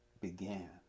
began